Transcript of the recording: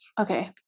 Okay